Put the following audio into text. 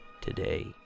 today